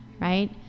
Right